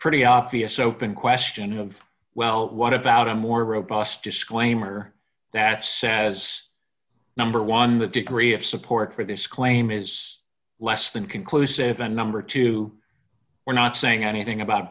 pretty obvious open question of well what about nine a more robust disclaimer that says number one the degree of support for this claim is less than conclusive and number two we're not saying anything about